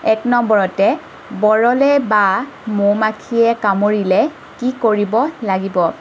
এক নম্বৰতে বৰলে বা মৌমাখিয়ে কামোৰিলে কি কৰিব লাগিব